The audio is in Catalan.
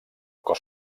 cos